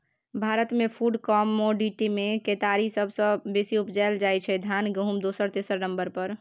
भारतमे फुड कमोडिटीमे केतारी सबसँ बेसी उपजाएल जाइ छै धान गहुँम दोसर तेसर नंबर पर